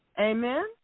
Amen